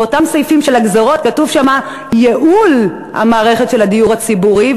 באותם סעיפים של הגזירות כתוב: "ייעול המערכת של הדיור הציבורי",